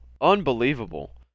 Unbelievable